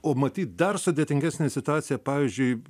o matyt dar sudėtingesnė situacija pavyzdžiui